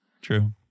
True